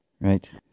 Right